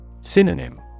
Synonym